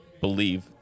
believe